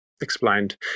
explained